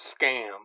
scam